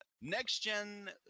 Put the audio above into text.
Next-gen